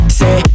say